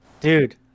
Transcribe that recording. dude